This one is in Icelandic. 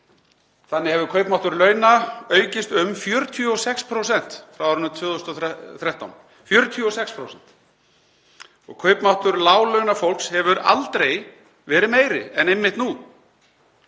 Þannig hefur kaupmáttur launa aukist um 46% frá árinu 2013 — 46%. Kaupmáttur láglaunafólks hefur aldrei verið meiri en einmitt nú.